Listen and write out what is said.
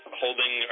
holding